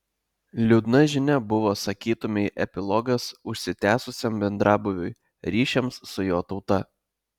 liūdna žinia buvo sakytumei epilogas užsitęsusiam bendrabūviui ryšiams su jo tauta